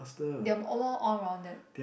they're more all rounded